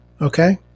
Okay